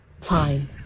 fine